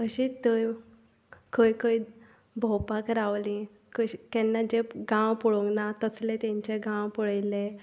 तशेंच थंय खंय खंय भोंवपाक रावलीं केन्ना जे गांव पळोवंक ना तसले तांचे गांव पळयले